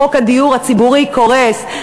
חוק הדיור הציבורי קורס.